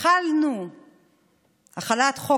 החלת חוק